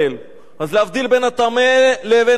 אז להבדיל בין הטמא לבין הטהור,